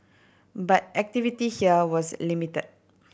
but activity here was limited